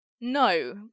No